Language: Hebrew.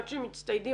עד שמצטיידים,